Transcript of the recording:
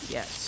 Yes